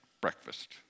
breakfast